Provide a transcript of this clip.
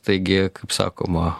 taigi kaip sakoma